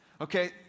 Okay